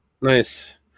Nice